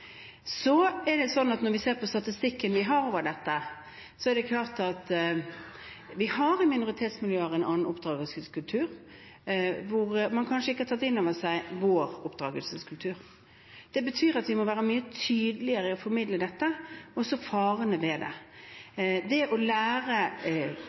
Så er det slik at når vi ser på statistikken vi har over dette, er det klart at det i minoritetsmiljøer er en annen oppdragelseskultur – man har kanskje ikke tatt inn over seg vår oppdragelseskultur. Det betyr at vi må være mye tydeligere i å formidle dette – og også farene ved det. Det å lære